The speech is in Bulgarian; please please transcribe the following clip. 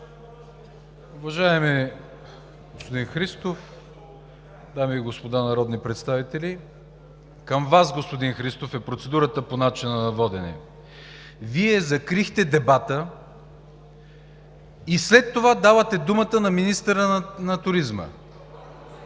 Уважаеми господин Христов, дами и господа народни представители! Към Вас, господин Христов, е процедурата ми по начина на водене. Вие закрихте дебата и след това давате думата на министъра на туризма.